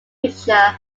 pitcher